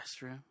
restroom